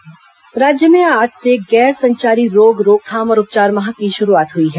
गैर संचारी रोग राज्य में आज से गैर संचारी रोग रोकथाम और उपचार माह की शुरूआत हुई है